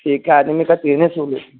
एक आदमी का तीन सौ ले